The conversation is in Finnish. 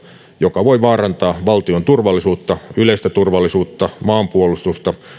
joka voi vaarantaa valtion turvallisuutta yleistä turvallisuutta maanpuolustusta